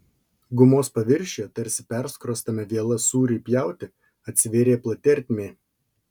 gumos paviršiuje tarsi perskrostame viela sūriui pjauti atsivėrė plati ertmė